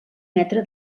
metre